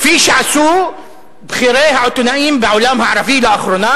כפי שעשו בכירי העיתונאים בעולם הערבי לאחרונה